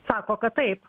sako kad taip